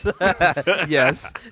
Yes